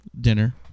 Dinner